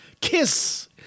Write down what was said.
KISS